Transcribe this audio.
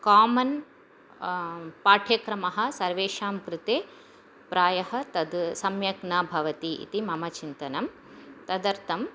common पाठ्यक्रमः सर्वेषां कृते प्रायः तद् सम्यक् न भवति इति मम चिन्तनं तदर्थम्